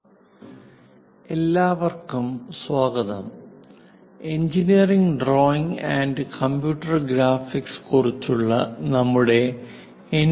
conic sections I എല്ലാവർക്കും സ്വാഗതം engineering drawing and computer graphics കുറിച്ചുള്ള നമ്മുടെ എൻ